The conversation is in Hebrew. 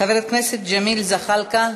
חבר הכנסת ג'מאל זחאלקה,